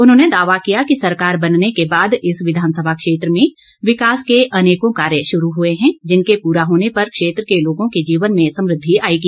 उन्होंने दावा किया कि सरकार बनने के बाद इस विधानसभा क्षेत्र में विकास के अनेकों कार्य शुरू हुए हैं जिनके पूरा होने पर क्षेत्र के लोगों के जीवन में समुद्धि आएगी